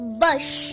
bush